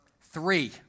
Three